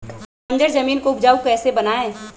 बंजर जमीन को उपजाऊ कैसे बनाय?